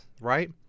right